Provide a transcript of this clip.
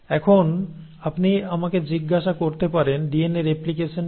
এখন আপনি আমাকে জিজ্ঞাসা করতে পারেন ডিএনএ রেপ্লিকেশন কি